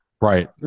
Right